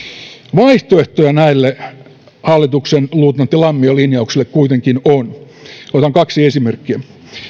vaihtoehtoja näille hallituksen luutnantti lammio linjauksille kuitenkin on otan kaksi esimerkkiä